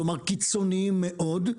כלומר, קיצוניים מאוד.